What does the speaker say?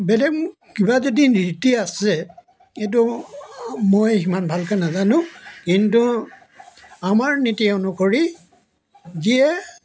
বেলেগ কিবা যদি নীতি আছে এইটো মই সিমান ভালকৈ নাজানো কিন্তু আমাৰ নীতি অনুসৰি যিয়ে